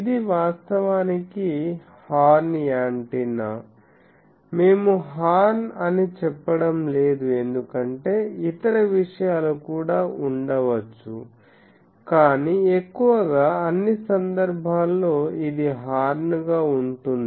ఇది వాస్తవానికి horn antenna మేము హార్న్ అని చెప్పడం లేదు ఎందుకంటే ఇతర విషయాలు కూడా ఉండవచ్చు కానీ ఎక్కువగా అన్ని సందర్భాల్లో ఇది హార్న్ గా ఉంటుంది